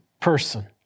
person